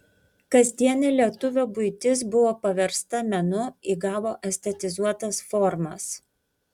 kasdienė lietuvio buitis buvo paversta menu įgavo estetizuotas formas